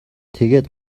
тэгээд